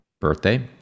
birthday